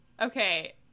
Okay